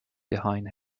behind